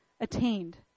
attained